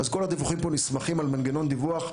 אז כל הדיווחים פה נסמכים על מנגנון דיווח סדור,